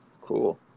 cool